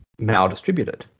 maldistributed